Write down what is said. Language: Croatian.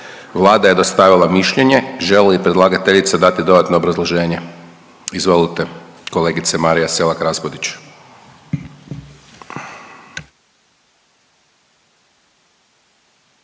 Vlada je dostavila mišljenje. Želi li predlagateljica dati dodatno obrazloženje? Izvolite, kolegice Marija Selak Raspudić.